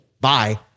Bye